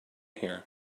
here